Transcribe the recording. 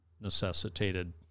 necessitated